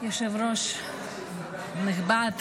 יושב-ראש נכבד,